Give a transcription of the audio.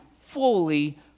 fully